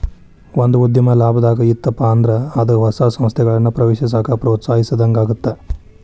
ಒಂದ ಉದ್ಯಮ ಲಾಭದಾಗ್ ಇತ್ತಪ ಅಂದ್ರ ಅದ ಹೊಸ ಸಂಸ್ಥೆಗಳನ್ನ ಪ್ರವೇಶಿಸಾಕ ಪ್ರೋತ್ಸಾಹಿಸಿದಂಗಾಗತ್ತ